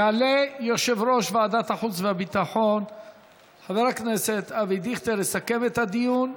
יעלה יושב-ראש ועדת החוץ והביטחון חבר הכנסת אבי דיכטר לסכם את הדיון,